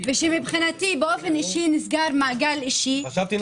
ושמבחינתי באופן אישי נסגר מעגל אישי -- חשבתי נצרת.